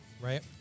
Right